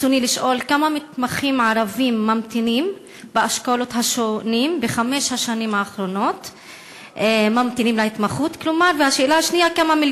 ברצוני לשאול: 1. כמה מתמחים ערבים ממתינים